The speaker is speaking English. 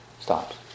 stops